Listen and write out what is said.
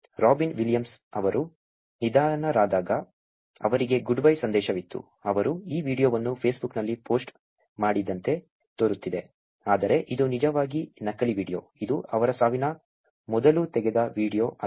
robin Williams ಅವರು ನಿಧನರಾದಾಗ ಅವರಿಗೆ ಗುಡ್ ಬೈ ಸಂದೇಶವಿತ್ತು ಅವರು ಈ ವೀಡಿಯೊವನ್ನು ಫೇಸ್ಬುಕ್ನಲ್ಲಿ ಪೋಸ್ಟ್ ಮಾಡಿದಂತೆ ತೋರುತ್ತಿದೆ ಆದರೆ ಇದು ನಿಜವಾಗಿ ನಕಲಿ ವೀಡಿಯೊ ಇದು ಅವರ ಸಾವಿನ ಮೊದಲು ತೆಗೆದ ವೀಡಿಯೊ ಅಲ್ಲ